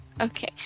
Okay